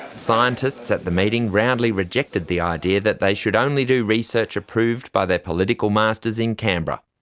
scientists at the meeting roundly rejected the idea that they should only do research approved by their political masters in canberra.